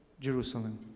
Jerusalem